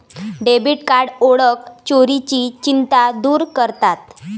debit card ओळख चोरीची चिंता दूर करतात